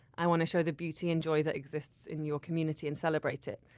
i want to show the beauty and joy that exists in your community and celebrate it.